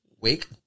wake